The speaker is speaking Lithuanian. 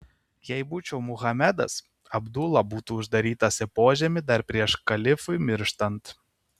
jei būčiau muhamedas abdula būtų uždarytas į požemį dar prieš kalifui mirštant